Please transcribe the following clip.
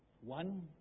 One